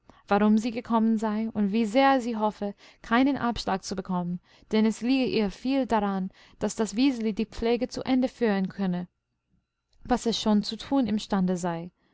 warum sie gekommen sei und wie sehr sie hoffe keinen abschlag zu bekommen denn es liege ihr viel daran daß das wiseli die pflege zu ende führen könne was es schon zu tun imstande sei